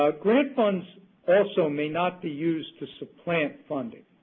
ah grant funds also may not be used to supplant funding.